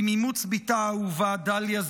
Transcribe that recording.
עם אימוץ בתה האהובה דליה,